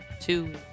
two